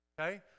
Okay